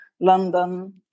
London